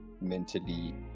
mentally